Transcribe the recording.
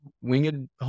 winged